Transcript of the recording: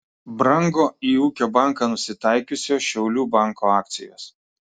brango į ūkio banką nusitaikiusio šiaulių banko akcijos